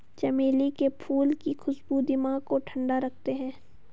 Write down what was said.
चमेली के फूल की खुशबू दिमाग को ठंडा रखते हैं